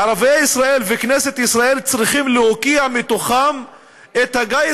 ערביי ישראל וכנסת ישראל צריכים להוקיע מתוכם את הגיס